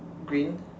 green